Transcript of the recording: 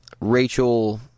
Rachel